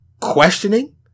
questioning